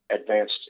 advanced